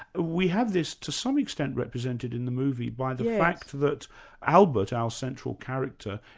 we have this to some extent represented in the movie by the fact that albert, our central character,